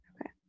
okay